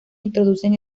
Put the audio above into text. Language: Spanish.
introducen